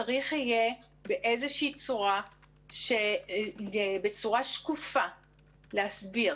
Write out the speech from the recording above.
צריך בצורה שקופה להסביר